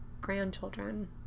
grandchildren